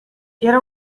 era